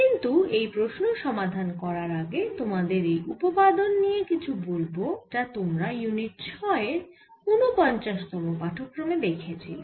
কিন্তু এই প্রশ্ন সমাধান করার আগে তোমাদের এই উপপাদন নিয়ে কিছু বলব যা তোমরা ইউনিট ছয়ের উনপঞ্চাশতম পাঠক্রমে দেখেছিলে